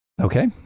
Okay